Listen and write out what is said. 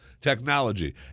Technology